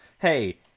hey